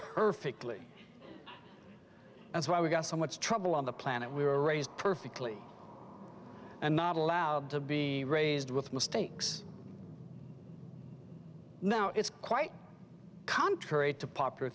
perfectly that's why we got so much trouble on the planet we were raised perfectly and not allowed to be raised with mistakes now it's quite contrary to pop